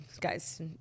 Guys